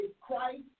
Christ